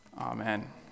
Amen